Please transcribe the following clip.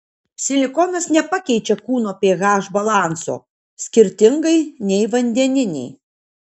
silikonas nepakeičia kūno ph balanso skirtingai nei vandeniniai